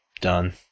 done